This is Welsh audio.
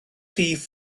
rhif